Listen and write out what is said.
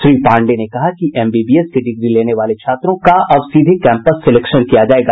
श्री पांडेय ने कहा कि एमबीबीएस की डिग्री लेने वाले छात्रों का अब सीधे कैम्पस सेलेक्शन किया जायेगा